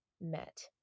met